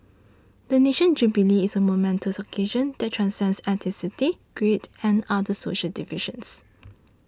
the nation's jubilee is a momentous occasion that transcends ethnicity creed and other social divisions